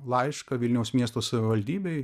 laišką vilniaus miesto savivaldybei